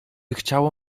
chciało